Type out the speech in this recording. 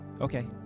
Okay